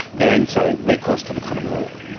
than, say, recourse to the common law?